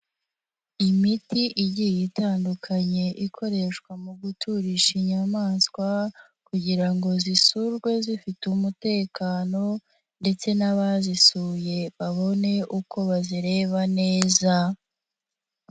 Imiti igiye itandukanye ikoreshwa mu guturisha inyamaswa kugira ngo zisurwe zifite umutekano ndetse n'abazisuye, babone uko bazireba neza.